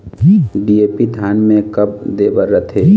DAP धान मे कब दे बर रथे?